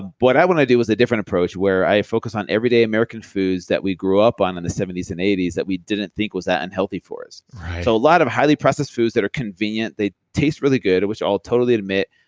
what i want to do is a different approach where i focus on everyday american foods that we grew up on in the seventy s and eighty s that we didn't think was that unhealthy for us. so a lot of highly processed foods that are convenient, they taste really good at which i'll totally admit,